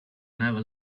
never